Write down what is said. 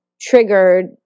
triggered